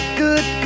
good